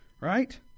right